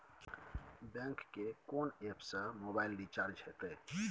Bank के कोन app से मोबाइल रिचार्ज हेते?